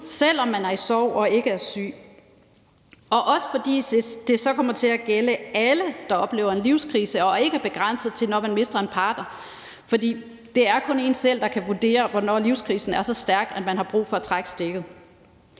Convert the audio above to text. selv om man er i sorg og ikke er syg, også fordi det så kommer til at gælde alle, der oplever en livskrise, så det ikke er begrænset til situationen, hvor man mister en partner. For det er kun en selv, der kan vurdere, hvornår livskrisen er så stærk, at man har brug for at trække stikket.